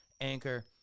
Anchor